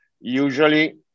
usually